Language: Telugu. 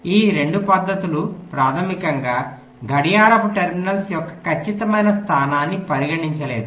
ఈ 2 పద్ధతులు ప్రాథమికంగా గడియారపు టెర్మినల్స్ యొక్క ఖచ్చితమైన స్థానాన్ని పరిగణించలేదు